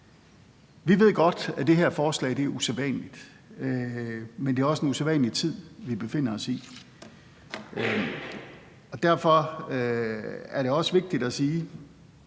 Vi ved godt, det her forslag er usædvanligt, men det er også en usædvanlig tid, vi befinder os i. Derfor er det også vigtigt at sige,